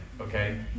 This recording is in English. okay